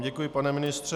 Děkuji vám, pane ministře.